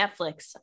Netflix